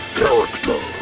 character